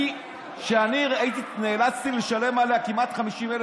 וכשאני נאלצתי לשלם עליה כמעט 50,000